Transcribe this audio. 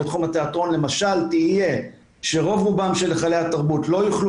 בתחום התיאטרון למשל תהיה שרוב רובם של היכלי התרבות לא יוכלו